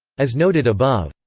as noted above.